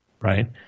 right